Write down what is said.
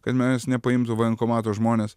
kad manęs nepaimtų bankomato žmonės